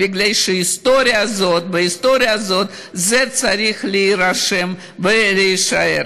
בגלל שההיסטוריה הזאת צריכה להירשם ולהישאר.